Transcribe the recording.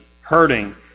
hurting